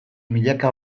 milaka